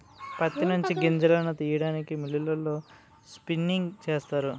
ప్రత్తి నుంచి గింజలను తీయడానికి మిల్లులలో స్పిన్నింగ్ చేస్తారు